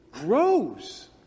grows